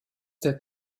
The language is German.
der